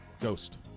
Ghost